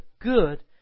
good